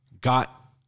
got